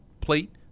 plate